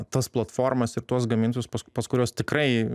tas platformas ir tuos gamintojus pas pas kuriuos tikrai